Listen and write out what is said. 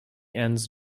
ends